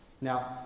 Now